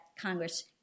Congress